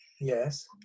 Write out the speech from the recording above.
Yes